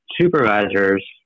supervisors